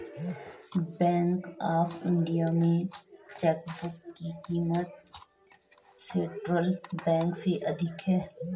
bank of India में chequebook की क़ीमत सेंट्रल बैंक से अधिक है